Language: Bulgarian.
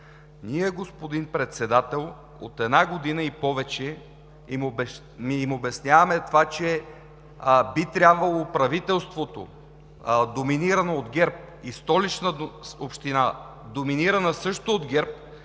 Ние, господин Председател, от една година и повече им обясняваме това, че би трябвало правителството, доминирано от ГЕРБ, и Столична община, доминирана също от ГЕРБ,